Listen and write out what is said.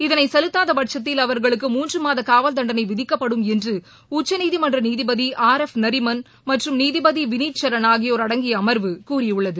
இதனை செலுத்தாதபட்சத்தில் அவர்களுக்கு மூன்று மாத காவல் தண்டனை விதிக்கப்படும் என்று உச்சநீதிமன்ற நீதிபதி ஆர் எஃப் நரிமன் மற்றும் நீதிபதி விளித் சரன் ஆகியோர் அடங்கிய அமர்வு கூறியுள்ளது